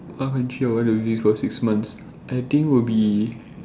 what country I want to visit for six month I think will be